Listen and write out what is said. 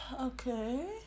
Okay